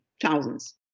Thousands